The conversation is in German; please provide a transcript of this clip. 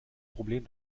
problem